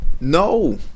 No